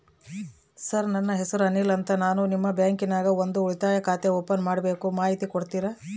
Sir ನನ್ನ ಹೆಸರು ಅನಿಲ್ ಅಂತ ನಾನು ನಿಮ್ಮ ಬ್ಯಾಂಕಿನ್ಯಾಗ ಒಂದು ಉಳಿತಾಯ ಖಾತೆ ಓಪನ್ ಮಾಡಬೇಕು ಮಾಹಿತಿ ಕೊಡ್ತೇರಾ?